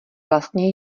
vlastně